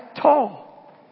tall